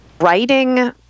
writing